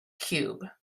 cube